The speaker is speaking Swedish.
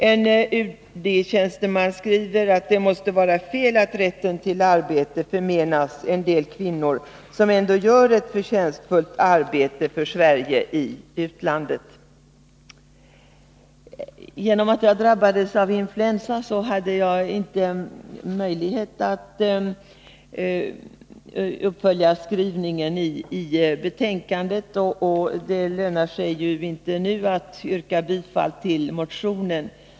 En UD-tjänsteman skriver att det måste vara fel att rätten till arbete förmenas en del kvinnor som ändå gör ett förtjänstfullt arbete för Sverige i utlandet. Genom att jag drabbades av influensa hade jag inte möjlighet att följa upp motionen i betänkandet, och det lönar sig inte nu att yrka bifall till motionen.